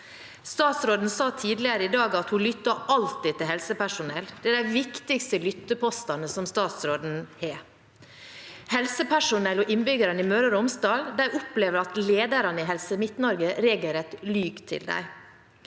Statsråden sa tidligere i dag at hun alltid lytter til helsepersonell, at de er de viktigste lyttepostene statsråden har. Helsepersonell og innbyggerne i Møre og Romsdal opplever at lederne i Helse Midt-Norge regelrett lyver til dem.